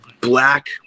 black